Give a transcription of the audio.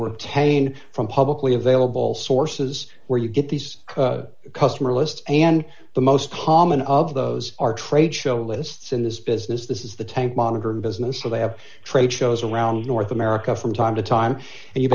telling from publicly available sources where you get these customer lists and the most common of those are trade show lists in this business this is the tank monitoring business so they have trade shows around north america from time to time and you